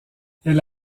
elle